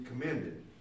commended